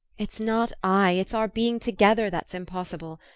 it's not i it's our being together that's impossible.